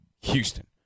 Houston